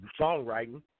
songwriting